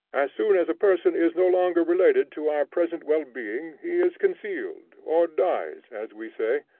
as soon as a person is no longer related to our present well-being, he is concealed, or dies, as we say.